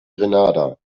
grenada